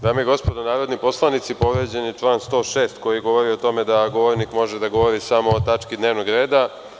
Dame i gospodo narodni poslanici, povređen je član 106. koji govori o tome da govornik može da govori samo o tački dnevnog reda.